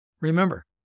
Remember